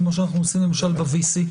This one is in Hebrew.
כפי שאנחנו עושים למשל ב-VC.